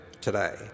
today